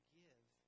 give